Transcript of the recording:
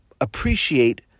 appreciate